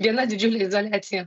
viena didžiulė izoliacija